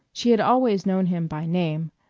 she had always known him by name.